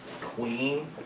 Queen